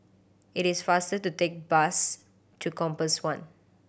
it is faster to take bus to Compass One